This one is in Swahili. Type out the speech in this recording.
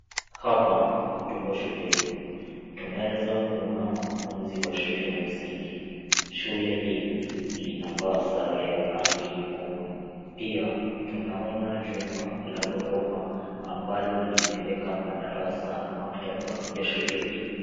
Hapa tuko shuleni. Tunaweza kuona wanafunzi wa shule ya msingi. Shule hili linavaa sare ya rangi nyekundu. Pia tunaona jumba la ghorofa ambalo limeweka madarasa na maktaba ya shule hii.